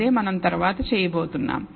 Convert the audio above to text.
అదే మనం తర్వాత చేయబోతున్నాం